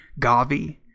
Gavi